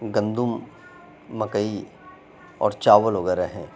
گندم مکئی اور چاول وغیرہ ہیں